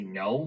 no